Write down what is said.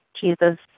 Jesus